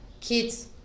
kids